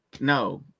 No